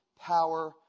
power